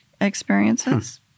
experiences